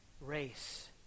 race